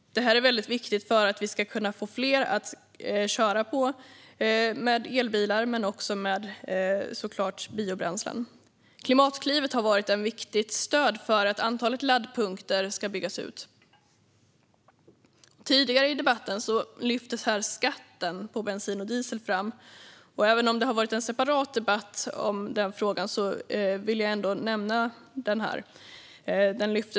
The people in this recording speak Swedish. Detta är viktigt för att vi ska få fler att köra med elbilar men också med biobränslen. Klimatklivet har varit ett viktigt stöd för att antalet laddpunkter ska byggas ut. Tidigare i debatten lyftes skatten på bensin och diesel fram som alltför hög av Moderaterna. Även om det har varit en separat debatt om denna fråga vill jag ändå nämna den.